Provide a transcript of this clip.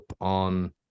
on